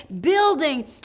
building